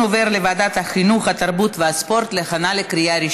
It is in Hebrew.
לוועדת החינוך, התרבות והספורט נתקבלה.